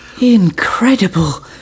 Incredible